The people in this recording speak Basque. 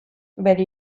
bere